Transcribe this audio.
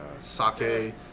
sake